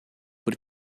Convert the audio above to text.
por